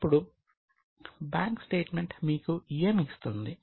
ఇప్పుడు bank statement మీకు ఏమి ఇస్తుంది